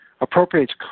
appropriates